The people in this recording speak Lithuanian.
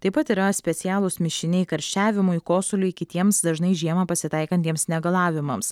taip pat yra specialūs mišiniai karščiavimui kosuliui kitiems dažnai žiemą pasitaikantiems negalavimams